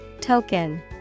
Token